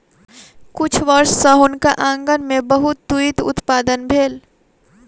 किछ वर्ष सॅ हुनकर आँगन में बहुत तूईत उत्पादन भेल